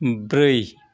ब्रै